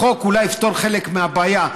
החוק אולי יפתור חלק מהבעיה,